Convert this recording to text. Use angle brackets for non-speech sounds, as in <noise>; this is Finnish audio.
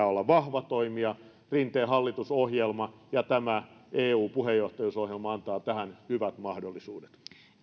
<unintelligible> olla vahva toimija rinteen hallitusohjelma ja tämä eun puheenjohtajuusohjelma antavat tähän hyvät mahdollisuudet